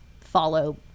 follow